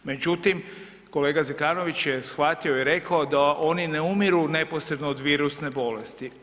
Međutim, kolega Zekanović je shvatio i rekao da oni ne umiru neposredno od virusne bolesti.